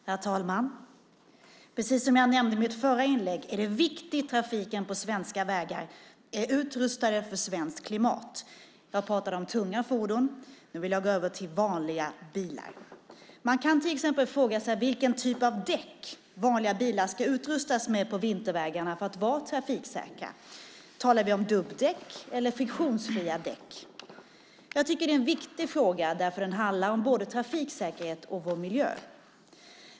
Herr talman! Precis som jag nämnde i mitt förra inlägg är det viktigt att trafiken på svenska vägar är utrustad för svenskt klimat. Jag pratade om tunga fordon. Nu vill jag gå över till vanliga bilar. Man kan till exempel fråga sig vilken typ av däck vanliga bilar ska utrustas med på vintervägarna för att vara trafiksäkra. Talar vi om dubbdäck eller friktionsfria däck? Jag tycker att det är en viktig fråga, för den handlar om både trafiksäkerhet och om miljö.